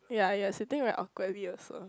yeah you are sitting very awkwardly also